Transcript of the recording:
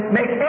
make